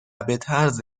بطرز